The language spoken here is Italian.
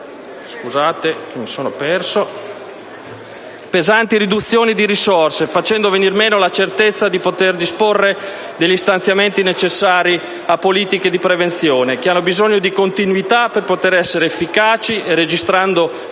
pesanti riduzioni di risorse, facendo venir meno la certezza di poter disporre degli stanziamenti necessari a politiche di prevenzione, che hanno bisogno di continuità per poter essere efficaci e registrano, nei